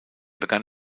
begann